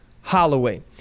Holloway